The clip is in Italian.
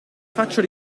faccio